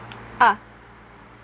ah